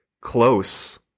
close